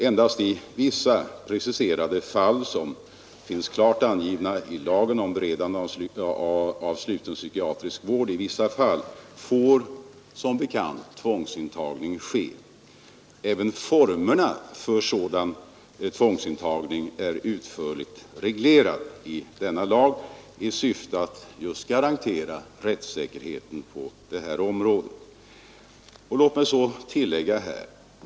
Endast i vissa, preciserade fall, som finns klart angivna i lagen om beredande av sluten psykiatrisk vård i viss fall, får tvångsintagning ske. Även formerna för tvångsintagning är utförligt reglerade i denna lag, i syfte att garantera rättssäkerheten på detta område.